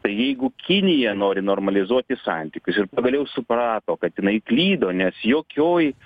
tai jeigu kinija nori normalizuoti santykius ir pagaliau suprato kad jinai klydo nes jokioj